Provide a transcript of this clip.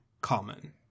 Common